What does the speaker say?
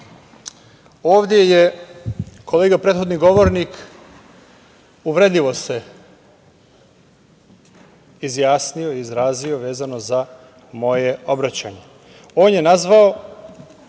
Ovde je kolega prethodni govornik uvredljivo se izjasnio, izrazio vezano za moje obraćanje. On je nazvao